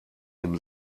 ihm